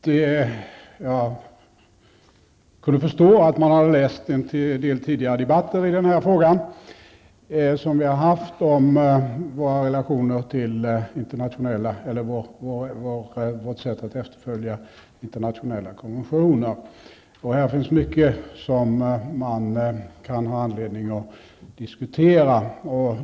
Jag kunde förstå att man hade läst en del tidigare debatter som vi har haft om vårt sätt att efterfölja internationella konventioner. Här finns mycket som man kan ha anledning att diskutera.